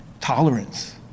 Tolerance